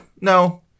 No